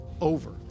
over